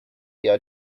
year